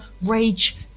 rage